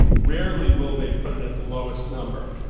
rarely will they put it at the lowest number.